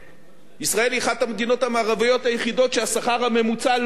ישראל היא אחת המדינות המערביות שהשכר הממוצע לא ירד בה